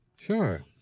Sure